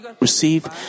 receive